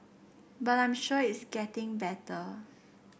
but I'm sure it's getting better